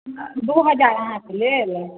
दू हजार अहाँके लेल